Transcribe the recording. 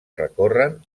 recorren